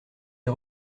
est